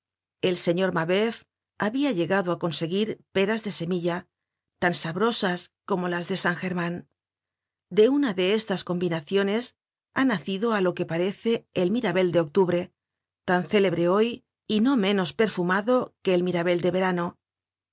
el señor mabeuf habia llegado á conseguir peras de semilla tan sabrosas como las de san german de una de estas combinaciones ha nacido á lo que parece el mirabel de octubre tan célebre hoy y no menos perfumado que el mirabel de verano